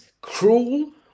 cruel